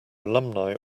alumni